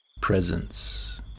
presence